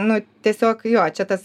nu tiesiog jo čia tas